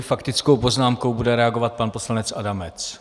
Faktickou poznámkou bude reagovat pan poslanec Adamec.